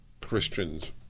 Christians